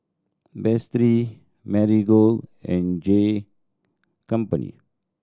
Betsy Marigold and J company